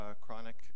chronic